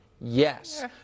Yes